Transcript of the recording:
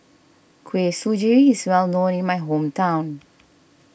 Kuih Suji is well known in my hometown